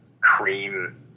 cream